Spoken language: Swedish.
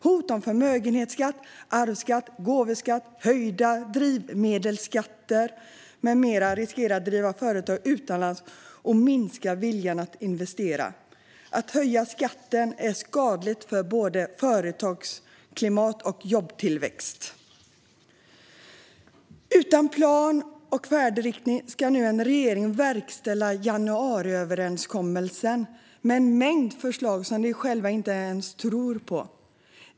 Hot om förmögenhetsskatt, arvsskatt, gåvoskatt, höjda drivmedelsskatter med mera riskerar att driva företag utomlands och minskar viljan att investera. Att höja skatten är skadligt för både företagsklimatet och jobbtillväxten. Utan plan och färdriktning ska nu regeringen verkställa januariöverenskommelsen med en mängd förslag som de själva inte ens tror på.